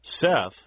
Seth